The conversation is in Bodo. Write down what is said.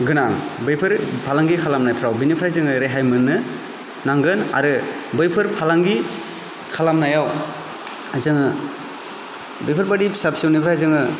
गोनां बैफोरो फालांगि खालामनायफ्राव बिनिफ्राय जोङो रेहाय मोननो नांगोन आरो बैफोर फालांगि खालामनायाव जोङो बेफोरबायदि फिसा फिसौनिफ्राय जोङो